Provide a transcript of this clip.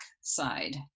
side